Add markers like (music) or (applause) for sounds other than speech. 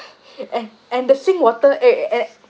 (laughs) and and the sink water eh and